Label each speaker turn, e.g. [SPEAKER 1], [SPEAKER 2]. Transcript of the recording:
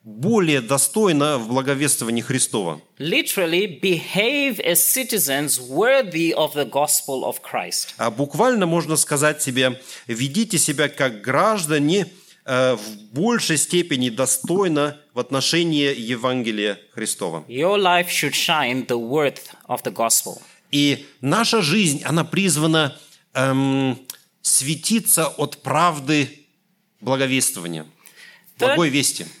[SPEAKER 1] более достойно в благовествовании Христова.
[SPEAKER 2] Literally behave as citizens worthy of the gospel of Christ.
[SPEAKER 1] А буквально можно сказать себе, ведите себя как граждане, э, в большей степени достойно в отношении Евангелия Христова.
[SPEAKER 2] Your life should shine the worth of the gospel.
[SPEAKER 1] И наша жизнь, она призвана, эм, светиться от правды благовествования, благой
[SPEAKER 2] The-
[SPEAKER 1] вести.